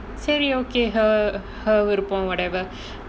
சரி:sari okay அவ விருப்பம்:ava viruppam whatever